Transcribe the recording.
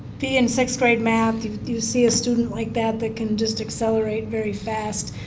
be in sixth grade math, do you see a student like that they can just accelerating very fast,